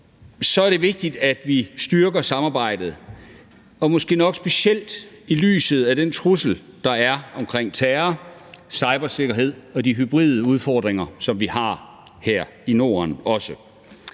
og annekterer osv. – styrker samarbejdet, og måske nok specielt i lyset af den trussel, der er omkring terror, cybersikkerhed og de hybride udfordringer, som vi også har her i Norden.